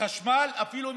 לחשמל אפילו אם